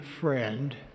friend